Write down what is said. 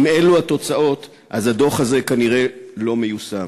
אם אלו התוצאות אז הדוח הזה כנראה לא מיושם.